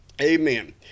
Amen